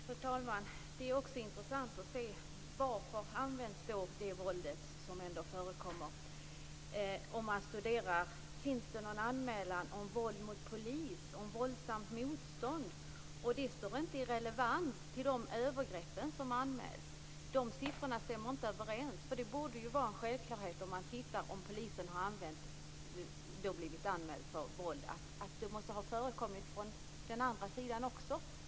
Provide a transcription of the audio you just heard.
Fru talman! Det vore intressant att få veta varför det förekommer så mycket våld. Finns det någon anmälan om våld mot polis och om våldsamt motstånd? Antalet anmälningar är inte i relevans med de övergrepp som sker. Siffrorna stämmer inte överens. Om en polis har blivit anmäld för våld, borde det vara en självklarhet att det också har förekommit våld från den andra sidan.